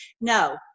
No